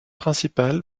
principale